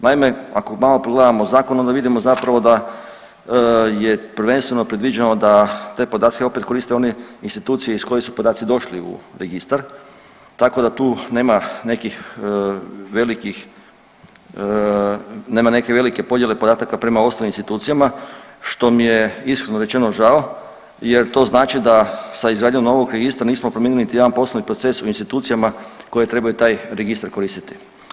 Naime, ako malo pogledamo zakon onda vidimo zapravo da je prvenstveno predviđeno da te podatke opet koriste one institucije iz kojih su podaci došli u registar, tako da tu nema nekih velikih, nema neke velike podjele podataka prema ostalim institucijama što mi je iskreno rečeno žao jer to znači da sa izgradnjom novog registra nismo promijenili niti jedan poslovni proces u institucijama koje trebaju taj registar koristiti.